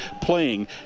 playing